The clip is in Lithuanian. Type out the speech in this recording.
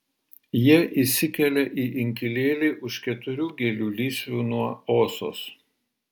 jie įsikelia į inkilėlį už keturių gėlių lysvių nuo osos